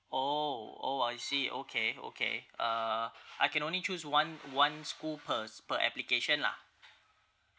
oh oh I see okay okay uh I can only choose one one school per s~ per application lah